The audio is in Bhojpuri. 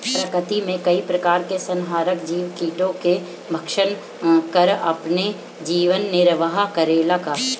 प्रकृति मे कई प्रकार के संहारक जीव कीटो के भक्षन कर आपन जीवन निरवाह करेला का?